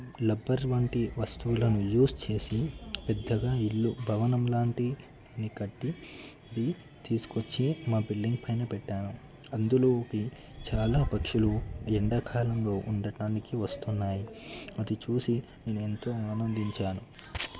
rubber వంటి వస్తువులను use చేసి పెద్దగా ఇల్లు భవనం లాంటి ని కట్టి అవి తీసుకొచ్చి మా బిల్డింగ్ పైన పెట్టాను అందులోకి చాలా పక్షులు ఎండాకాలంలో ఉండటానికి వస్తున్నాయి అది చూసి నేను ఎంతో ఆనందించాను